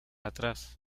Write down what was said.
atrás